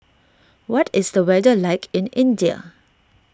what is the weather like in India